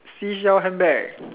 seashell handbag